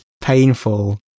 painful